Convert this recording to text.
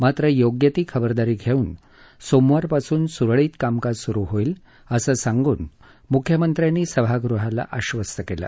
मात्र योग्य ती खबरदारी घेऊन सोमवारपासून सुरळीत कामकाज सुरू होईल असं सांगून मुख्यमंत्र्यांनी सभागृहाला आश्वस्त केलं